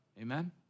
Amen